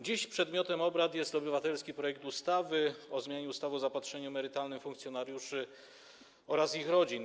Dziś przedmiotem obrad jest obywatelski projekt ustawy o zmianie ustawy o zaopatrzeniu emerytalnym funkcjonariuszy oraz ich rodzin.